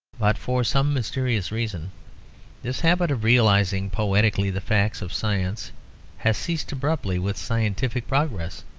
but for some mysterious reason this habit of realizing poetically the facts of science has ceased abruptly with scientific progress,